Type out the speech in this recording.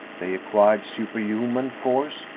they acquired superhuman force,